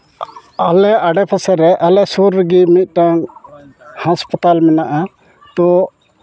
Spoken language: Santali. ᱟᱞᱮ ᱟᱰᱮ ᱯᱟᱥᱮ ᱨᱮ ᱟᱞᱮ ᱥᱩᱨ ᱨᱮᱜᱮ ᱢᱤᱫᱴᱟᱝ ᱦᱟᱥᱯᱟᱛᱟᱞ ᱢᱮᱱᱟᱜᱼᱟ ᱛᱚ